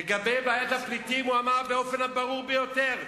לגבי בעיית הפליטים הוא אמר באופן הברור ביותר,